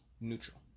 neutral